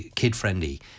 kid-friendly